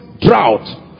drought